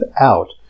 out